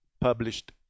published